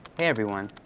everyone,